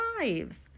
lives